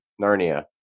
Narnia